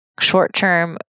short-term